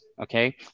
Okay